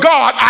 God